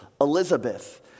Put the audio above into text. Elizabeth